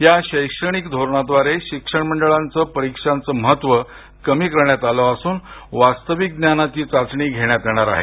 या धोरणाद्वारे शिक्षण मंडळांच्या परीक्षांचं महत्त्व कमी करण्यात आलं असून वास्तविक ज्ञानाची चाचणी घेण्यात येणार आहे